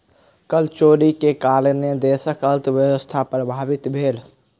कर चोरी के कारणेँ देशक अर्थव्यवस्था प्रभावित भेल